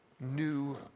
new